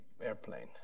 airplane